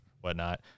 whatnot